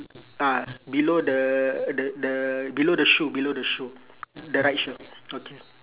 ah below the the the below the shoe below the shoe the right shoe okay